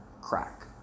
crack